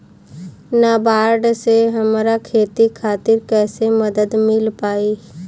नाबार्ड से हमरा खेती खातिर कैसे मदद मिल पायी?